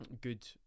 good